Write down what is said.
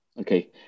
Okay